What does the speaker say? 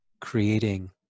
creating